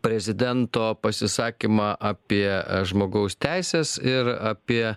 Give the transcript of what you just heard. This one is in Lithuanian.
prezidento pasisakymą apie žmogaus teises ir apie